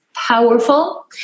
powerful